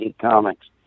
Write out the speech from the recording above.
Comics